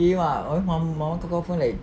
kimak confirm mama kau confirm like